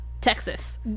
Texas